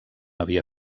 havia